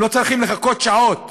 הם לא צריכים לחכות שעות,